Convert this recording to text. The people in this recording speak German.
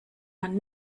man